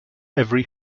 every